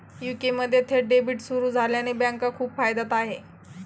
UK मध्ये थेट debit सुरू झाल्याने बँका खूप फायद्यात आहे